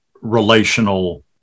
relational